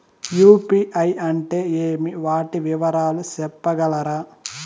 UPI అంటే ఏమి? వాటి వివరాలు సెప్పగలరా?